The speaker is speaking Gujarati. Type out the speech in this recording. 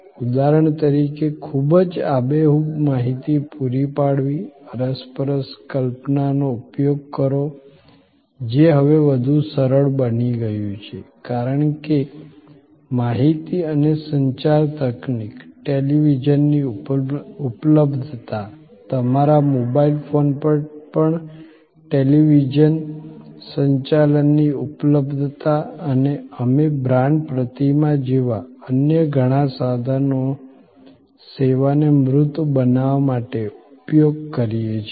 ઉદાહરણ તરીકે ખૂબ જ આબેહૂબ માહિતી પૂરી પાડવી અરસપરસ કલ્પનાનો ઉપયોગ કરો જે હવે વધુ સરળ બની ગયું છે કારણ કે માહિતી અને સંચાર તકનીક ટેલિવિઝનની ઉપલબ્ધતા તમારા મોબાઇલ ફોન પર પણ ટેલિવિઝન સંચાલનની ઉપલબ્ધતા અને અમે બ્રાન્ડ પ્રતિમા જેવા અન્ય ઘણા સાધનોનો સેવાને મૂર્ત બનાવવા માટે ઉપયોગ કરીએ છીએ